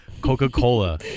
Coca-Cola